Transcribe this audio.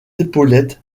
épaulettes